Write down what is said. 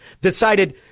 decided